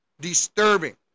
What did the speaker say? Disturbing